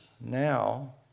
now